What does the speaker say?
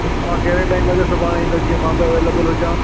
तव्हां कहिड़े टाइम ते सुभाणे ईंदां जीअं मां बि अवेलेबल हुजां